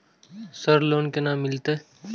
Sir loan केना मिलते?